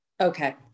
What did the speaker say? Okay